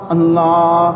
Allah